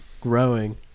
growing